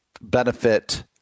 benefit